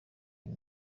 iyi